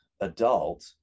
adult